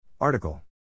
Article